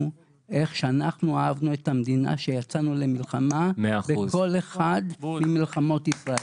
כמו שאנחנו אהבנו את המדינה כשיצאנו למלחמה בכל אחת ממלחמות ישראל.